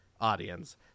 audience